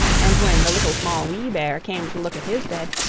and when the little, small, wee bear came to look at his bed,